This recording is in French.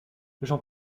jean